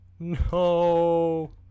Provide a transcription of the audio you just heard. No